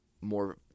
more